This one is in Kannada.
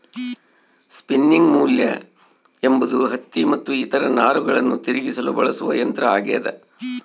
ಸ್ಪಿನ್ನಿಂಗ್ ಮ್ಯೂಲ್ ಎಂಬುದು ಹತ್ತಿ ಮತ್ತು ಇತರ ನಾರುಗಳನ್ನು ತಿರುಗಿಸಲು ಬಳಸುವ ಯಂತ್ರ ಆಗ್ಯದ